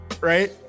right